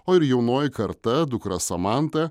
o ir jaunoji karta dukra samanta